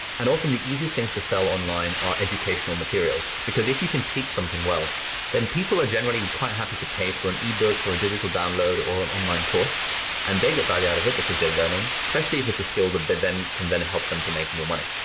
and often the easiest things to sell online are educational materials, because if you can teach something well then people are generally quite happy to pay for an ebook or a digital download or online course and they get value out of it, because they're learning, specially if its a skill that they then can help them to make more money.